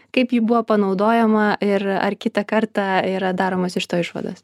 kaip ji buvo panaudojama ir ar kitą kartą yra daromos iš to išvados